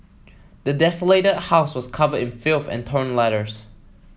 the desolated house was covered in filth and torn letters